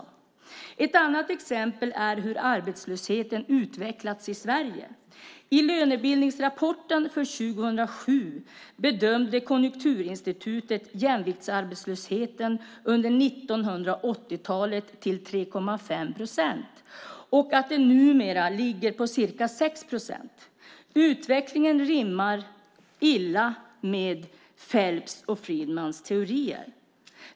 Ett annat exempel är hur arbetslösheten utvecklats i Sverige. I lönebildningsrapporten för 2007 bedömde Konjunkturinstitutet jämviktsarbetslösheten under 1980-talet till ca 3,5 procent. Numera ligger den på ca 6 procent. Utvecklingen rimmar illa med Phelps och Friedmans teorier.